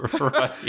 right